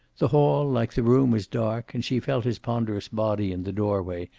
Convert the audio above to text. the hall, like the room, was dark, and she felt his ponderous body in the doorway,